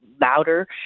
louder